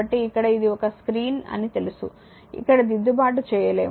కాబట్టి ఇక్కడ ఇది ఒక స్క్రీన్ అని తెలుసు ఇక్కడ దిద్దుబాటు చేయలేము